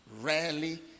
rarely